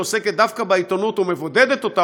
שעוסקת דווקא בעיתונות ומבודדת אותה